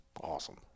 Awesome